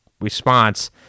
response